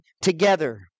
together